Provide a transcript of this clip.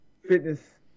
Fitness